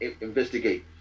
investigate